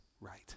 right